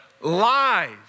lies